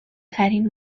ترین